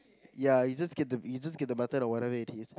ya you just get the you just get the mutton or whatever it is